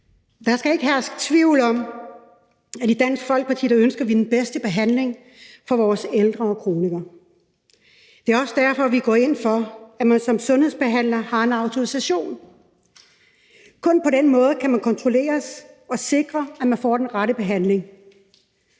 Der skal ikke herske tvivl om, at vi i Dansk Folkeparti ønsker den bedste behandling for vores ældre og kronikere. Det er også derfor, vi går ind for, at man som sundhedsbehandler har en autorisation. Kun på den måde kan det kontrolleres og sikres, at man får den rette behandling.